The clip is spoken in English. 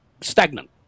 stagnant